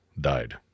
died